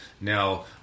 now